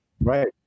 right